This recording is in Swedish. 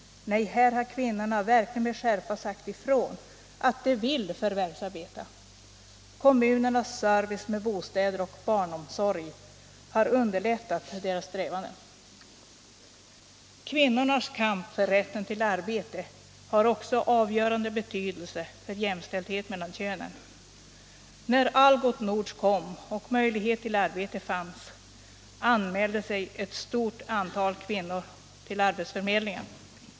Nej, här har kvinnorna verkligen med skärpa sagt ifrån att de vill förvärvsarbeta. Kommunernas service med bostäder och barnomsorg har underlättat deras strävanden. Kvinnornas kamp för rätten till arbete har också avgörande betydelse för jämställdheten mellan könen. När Algots Nord kom och möjligheterna till arbete fanns anmälde sig ett stort antal kvinnor till arbetsförmedlingen.